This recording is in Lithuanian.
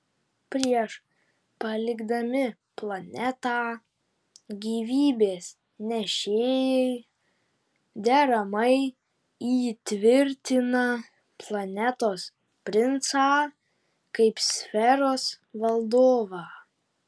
prieš palikdami planetą gyvybės nešėjai deramai įtvirtina planetos princą kaip sferos valdovą